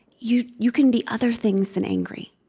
you you can be other things than angry.